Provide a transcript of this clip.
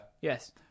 Yes